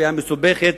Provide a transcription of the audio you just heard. המסובכת